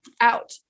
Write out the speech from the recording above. out